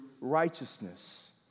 righteousness